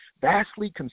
vastly